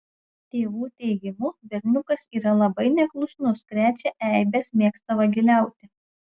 tėvų teigimu berniukas yra labai neklusnus krečia eibes mėgsta vagiliauti